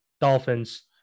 Dolphins